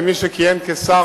כמי שכיהן כשר,